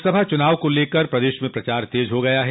लोकसभा चुनाव को लेकर प्रदेश में प्रचार तेज हो गया है